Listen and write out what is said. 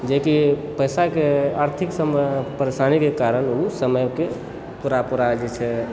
जेकि पैसाके आर्थिक परेशानीके कारण ओ समयके पूरा पूरा जे छै